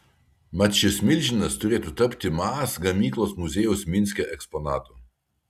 mat šis milžinas turėtų tapti maz gamyklos muziejaus minske eksponatu